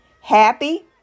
happy